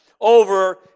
over